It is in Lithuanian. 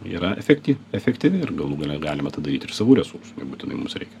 yra efekty efektyvi ir galų gale galima tą daryt ir savų resursų nebūtinai mums reikia